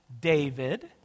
David